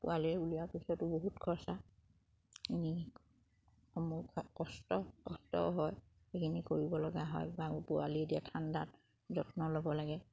পোৱালি উলিয়াৰ পিছতো বহুত খৰচা কষ্ট কষ্টও হয় সেইখিনি কৰিব লগা হয় বা পোৱালি দিয়া ঠাণ্ডাত যত্ন ল'ব লাগে